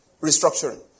restructuring